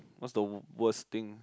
what's the worst thing